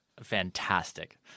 fantastic